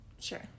Sure